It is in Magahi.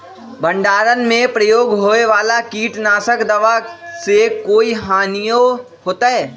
भंडारण में प्रयोग होए वाला किट नाशक दवा से कोई हानियों होतै?